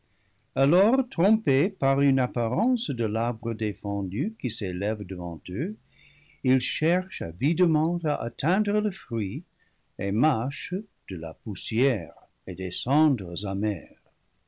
alors trompés par une apparence de l'arbre défendu qui s'élève devant eux ils cherchent avidement à atteindre le fruit et mâchent de la poussière et des cendres amères